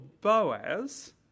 Boaz